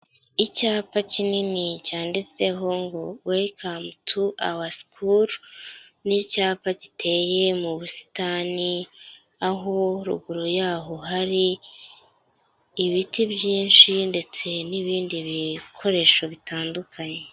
Icyapa kinini cyanditseho ngo "Welcome to our school", ni icyapa giteye mu busitani, aho ruguru yaho hari ibiti byinshi, ndetse n'ibindi bikoresho bitandukanye.